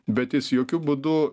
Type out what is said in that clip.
bet jis jokiu būdu